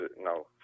no